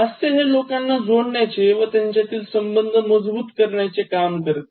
हास्य हे लोकांना जोडण्याचे व त्यांच्यातील संबंध मजबूत करण्याचे काम करते